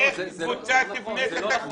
איך קבוצה תבנה את התקציב שלה?